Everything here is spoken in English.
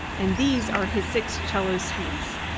and these are his six cello suites.